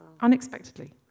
Unexpectedly